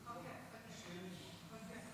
אוקיי, את פה.